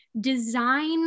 design